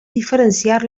diferenciar